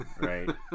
right